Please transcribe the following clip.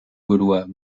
gaulois